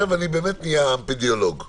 תיכף נדבר על זה.